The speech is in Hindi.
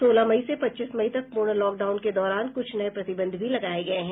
सोलह मई से पच्चीस मई तक प्रर्ण लॉकडाउन के दौरान कुछ नये प्रतिबंध भी लगाये गये हैं